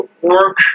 work